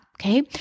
okay